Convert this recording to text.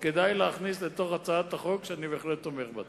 כדאי להכניס להצעת החוק, שאני בהחלט תומך בה.